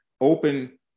open